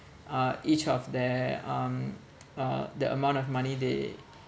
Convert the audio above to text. uh each of their um uh the amount of money they